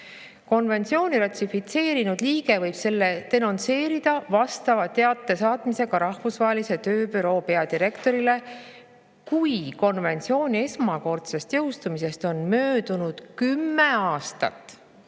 Konventsiooni ratifitseerinud liige võib selle denonsseerida vastava teate saatmisega Rahvusvahelise Tööbüroo peadirektorile, kui konventsiooni esmakordsest jõustumisest on möödunud kümme aastat.